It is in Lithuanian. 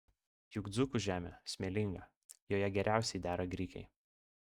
juk dzūkų žemė smėlinga joje geriausiai dera grikiai